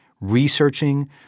researching